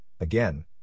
again